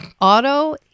Auto